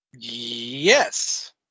Yes